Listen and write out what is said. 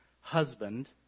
husband